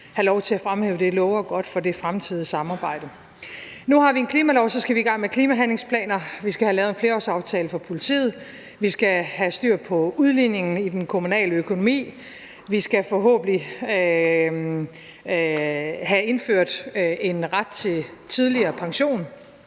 have lov til at fremhæve – det lover godt for det fremtidige samarbejde. Nu har vi en klimalov, og så skal vi i gang med klimahandlingsplaner, vi skal have lavet en flerårsaftale for politiet, vi skal have styr på udligningen i den kommunale økonomi, vi skal forhåbentlig have indført en ret til tidligere pension,